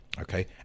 Okay